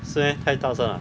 是 meh 太大声啊